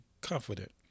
confident